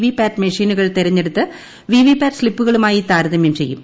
V PAT മെഷീനുകൾ തിരഞ്ഞെടുത്ത് VVPAT സ്ലിപ്പുകളുമായി താരതമ്യം ചെയ്യും